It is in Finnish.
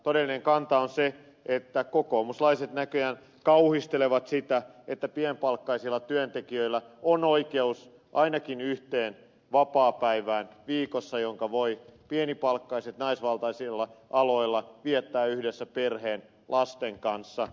todellinen kanta on se että kokoomuslaiset näköjään kauhistelevat sitä että pienpalkkaisilla työntekijöillä on oikeus viikossa ainakin yhteen vapaapäivään jonka voivat pienipalkkaiset naisvaltaisilla aloilla viettää yhdessä perheen ja lasten kanssa